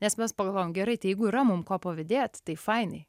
nes mes pagalvojom gerai tai jeigu yra mum ko pavydėt tai fainiai